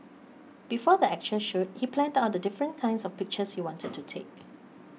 before the actual shoot he planned out the different kinds of pictures he wanted to take